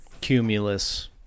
cumulus